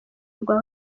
rwa